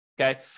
okay